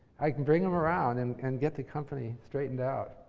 i can bring them around and and get the company straightened out.